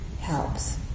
helps